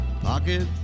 pocket